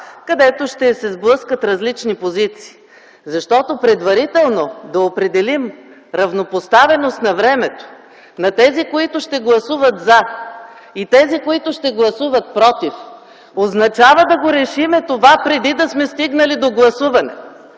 където ще се сблъскат различни позиции. Предварително да определим равнопоставеност на времето на тези, които ще гласуват „за”, и тези, които ще гласуват „против”, означава да решим това, преди да сме стигнали до гласуване.